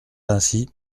ainsi